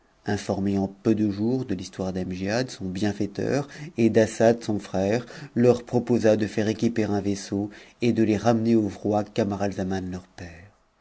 informé en peu de jours de l'histoire d'amgiad son bienfaiteur etd'as sad son frère leur proposa de faire équiper un vaisseau et de les remener au roi camaralzaman leur père